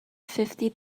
fifty